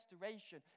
restoration